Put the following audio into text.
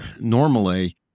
normally